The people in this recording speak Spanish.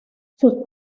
sus